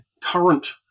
current